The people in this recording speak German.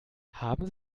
haben